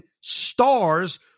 stars